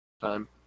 time